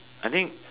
I think